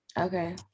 okay